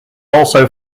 also